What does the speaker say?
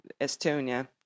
Estonia